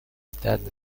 that